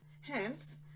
Hence